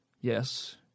Yes